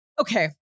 okay